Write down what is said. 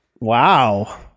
Wow